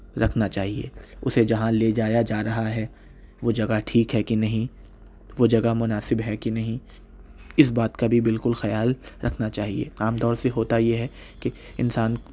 رکھنا چاہیے اُسے جہاں لے جایا جا رہا ہے وہ جگہ ٹھیک ہے کہ نہیں وہ جگہ مناسب ہے کہ نہیں اِس بات کا بھی بالکل خیال رکھنا چاہیے عام طور سے ہوتا یہ ہے کہ انسان